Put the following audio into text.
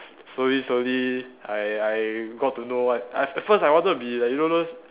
slowly slowly I I got to know what at at first I wanted to be like you know those